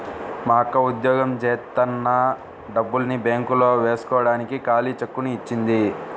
మా అక్క ఉద్యోగం జేత్తన్న డబ్బుల్ని బ్యేంకులో వేస్కోడానికి ఖాళీ చెక్కుని ఇచ్చింది